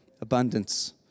Abundance